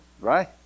right